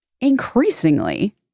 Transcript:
increasingly